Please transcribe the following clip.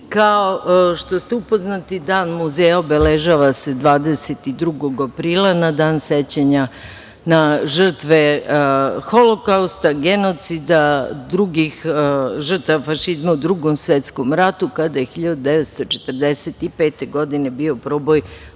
što ste upoznati, Dan Muzeja obeležava se 22. aprila na Dan sećanja na žrtve Holokausta, genocida drugih žrtvama fašizma u Drugom svetskom ratu, kada je 1945. godine bio proboj